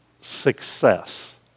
success